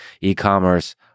e-commerce